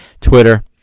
Twitter